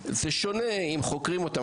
חשוב לדייק.